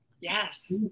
yes